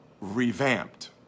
revamped